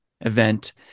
event